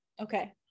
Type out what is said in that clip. Okay